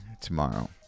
tomorrow